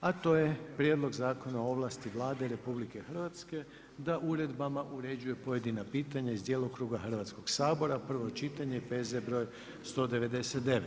a to je Prijedlog zakona o ovlasti Vlade RH da uredbama uređuje pojedina pitanja iz djelokruga Hrvatskog sabora, prvo čitanje, P.Z. br. 199.